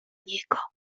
niego